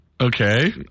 Okay